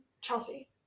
chelsea